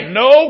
no